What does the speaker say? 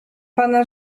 pana